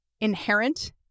inherent